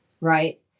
right